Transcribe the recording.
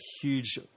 huge